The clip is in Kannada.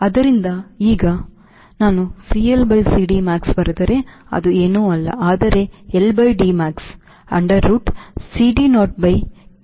ಆದ್ದರಿಂದ ಈಗ ನಾನು CL by CD max ಬರೆದರೆ ಅದು ಏನೂ ಅಲ್ಲ ಆದರೆ L by Dmax under root CD naught by Kby 2 CD naught ಸಮನಾಗಿರುತ್ತದೆ